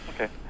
Okay